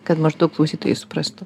kad maždaug klausytojai suprastų